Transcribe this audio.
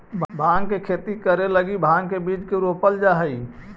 भाँग के खेती करे लगी भाँग के बीज के रोपल जा हई